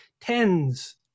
tens